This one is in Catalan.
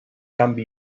canvi